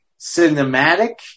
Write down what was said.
cinematic